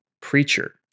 preacher